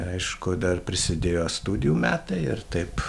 aišku dar prisidėjo studijų metai ir taip